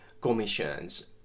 commissions